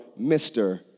Mr